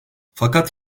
fakat